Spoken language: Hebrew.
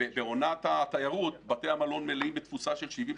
בעונת התיירות בתי המלון מלאים בתפוסה של 70%,